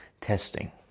testing